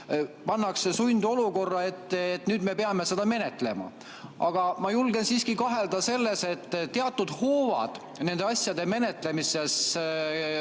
sundolukorda, et nüüd me peame seda menetlema. Aga ma julgen siiski kahelda selles, et teatud hoovad nende asjade menetlemises